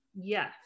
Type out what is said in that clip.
Yes